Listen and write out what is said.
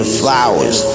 flowers